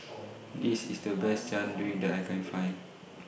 This IS The Best Jian Dui that I Can Find